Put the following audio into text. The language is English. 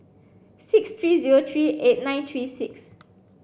six three zero three eight nine three six